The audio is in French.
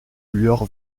lueur